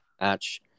match